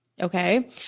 Okay